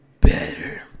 better